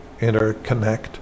interconnect